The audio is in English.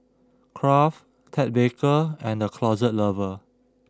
Kraft Ted Baker and The Closet Lover